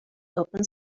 open